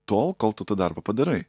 tol kol tu tą darbą padarai